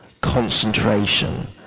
concentration